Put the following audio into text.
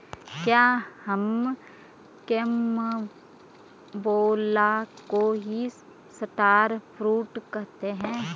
क्या हम कैरम्बोला को ही स्टार फ्रूट कहते हैं?